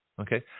Okay